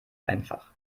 einfach